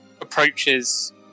approaches